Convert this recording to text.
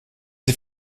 sie